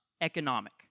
economic